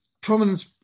prominent